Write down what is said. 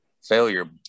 failure